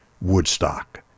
Woodstock